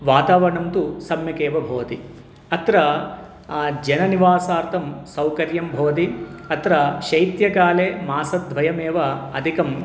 वातावरणं तु सम्यकेव भवति अत्र जनः निवासार्थं सौकर्यं भवति अत्र शैत्यकाले मासद्वयमेव अधिकम्